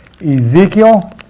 Ezekiel